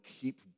keep